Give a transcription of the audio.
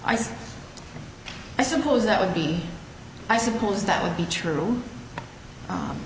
ice i suppose that would be i suppose that would be true